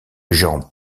jean